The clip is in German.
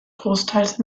großteils